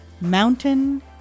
mountain